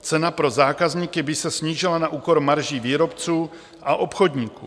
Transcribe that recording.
Cena pro zákazníky by se snížila na úkor marží výrobců a obchodníků.